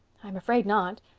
i'm afraid not.